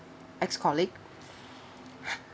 ex colleague